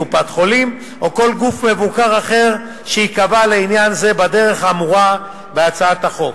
קופת-חולים וכל גוף מבוקר אחר שייקבע לעניין זה בדרך האמורה בהצעת החוק.